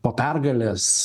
po pergalės